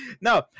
no